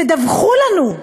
תדווחו לנו.